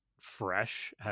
fresh